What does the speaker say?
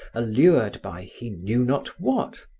allured by he knew not what,